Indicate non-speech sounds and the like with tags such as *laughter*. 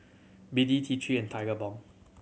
B D T Three and *unintelligible*